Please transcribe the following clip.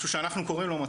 משהו שאנחנו קוראים לו,